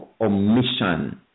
omission